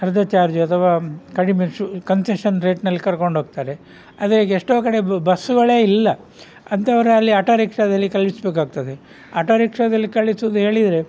ಅರ್ಧ ಚಾರ್ಜು ಅಥವಾ ಕಡಿಮೆ ಶು ಕನ್ಸೆಷನ್ ರೇಟ್ನಲ್ಲಿ ಕರ್ಕೊಂಡೋಗ್ತಾರೆ ಆದರೆ ಎಷ್ಟೋ ಕಡೆ ಬಸ್ಸುಗಳೇ ಇಲ್ಲ ಅಂಥವರಲ್ಲಿ ಆಟೋ ರಿಕ್ಷಾದಲ್ಲಿ ಕಳಿಸಬೇಕಾಗ್ತದೆ ಆಟೋ ರಿಕ್ಷಾದಲ್ಲಿ ಕಳಿಸೋದು ಹೇಳಿದರೆ